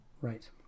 Right